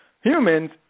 humans